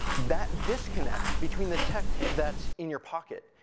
that disconnects between the tech that's in your pocket,